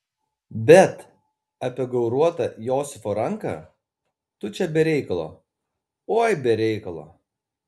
bet apie gauruotą josifo ranką tu čia be reikalo oi be reikalo